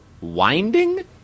winding